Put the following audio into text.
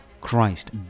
Christ